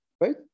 right